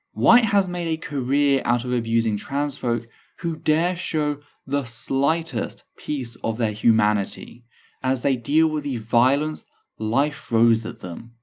white has made a career out of abusing trans folk who dare show the slightest piece of their humanity as they deal with the violence life throws at them.